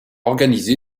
organisé